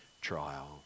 trial